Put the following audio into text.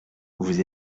vous